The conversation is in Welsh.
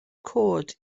cod